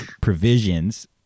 provisions